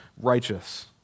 righteous